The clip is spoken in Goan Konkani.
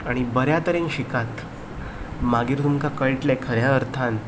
आनी बऱ्या तरेन शिकात मागीर तुमकां कळटलें खऱ्या अर्थान